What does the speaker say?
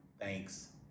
Thanks